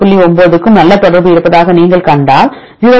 9 க்கும் நல்ல தொடர்பு இருப்பதாக நீங்கள் கண்டால் 0